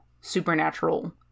supernatural